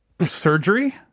Surgery